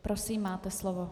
Prosím, máte slovo.